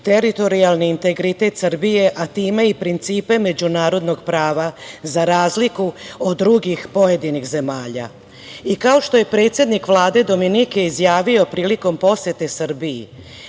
teritorijalni integritet Srbije, a time i principe međunarodnog prava, za razliku od drugih pojedinih zemalja. Kao što je predsednik Vlade Dominike izjavio prilikom posete Srbiji,